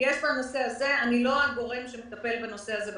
ואני לא הגורם שמטפל בנושא הזה במשרד.